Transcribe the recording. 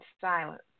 silence